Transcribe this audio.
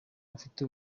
bafite